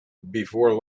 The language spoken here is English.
before